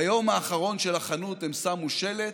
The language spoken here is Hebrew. ביום האחרון של החנות הם שמו שלט: